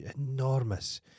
Enormous